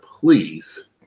please